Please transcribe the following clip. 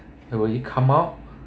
will it come out